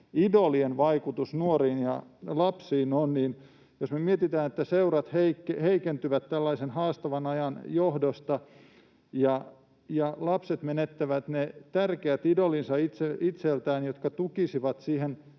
idolien vaikutus nuoriin ja lapsiin on. Jos me mietitään, että seurat heikentyvät tällaisen haastavan ajan johdosta ja lapset menettävät itseltään ne tärkeät idolinsa, jotka tukisivat siihen